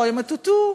לא ימוטטו.